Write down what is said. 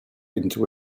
into